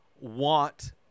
want